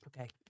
Okay